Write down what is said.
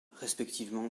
respectivement